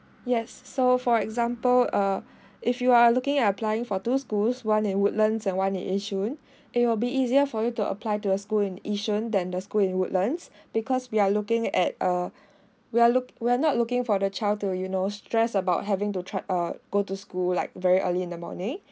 yes so for example uh if you are looking at applying for two schools one in woodlands and one in yishun it will be easier for you to apply to a school in yishun then the school in woodlands because we are looking at err we are look we are not looking for the child to you know stress about having to tra~ uh go to school like very early in the morning